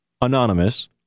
anonymous